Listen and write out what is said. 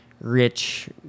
rich